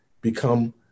become